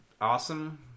awesome